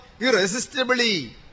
irresistibly